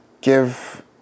give